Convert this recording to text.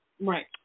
Right